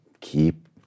keep